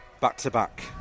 back-to-back